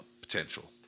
potential